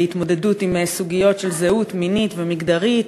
בהתמודדות עם סוגיות של זהות מינית ומגדרית